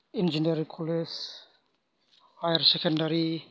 engineering college higher secondary